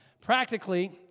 Practically